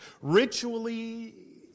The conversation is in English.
Ritually